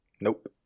Nope